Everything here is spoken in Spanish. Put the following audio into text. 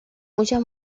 muchas